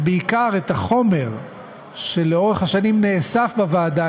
ובעיקר את החומר שלאורך השנים נאסף בוועדה,